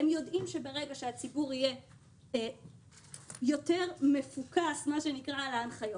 הם יודעים שברגע שהציבור יהיה יותר מפוקס על ההנחיות,